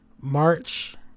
March